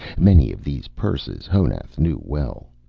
many of these purses honath knew well,